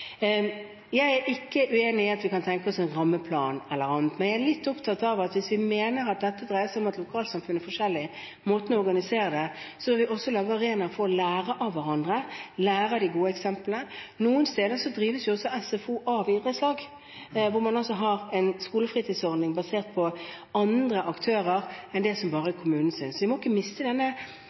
Jeg er ikke uenig i at vi kan tenke oss en rammeplan eller annet, men jeg er litt opptatt av at hvis vi mener at dette dreier seg om at lokalsamfunn er forskjellige i måten å organisere det på, må vi også lage en arena for å lære av hverandre, lære av de gode eksemplene. Noen steder drives jo SFO av idrettslag, hvor man har en skolefritidsordning basert på andre aktører enn bare dem som er kommunens. Vi må ikke miste